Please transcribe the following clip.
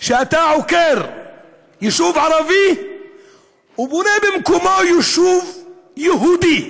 כשאתה עוקר יישוב ערבי ובונה במקומו יישוב יהודי.